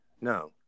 No